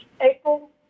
April